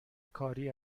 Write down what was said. کاری